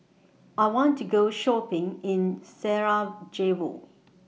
I want to Go Shopping in Sarajevo